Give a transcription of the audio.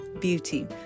beauty